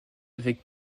avec